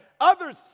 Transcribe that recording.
others